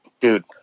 dude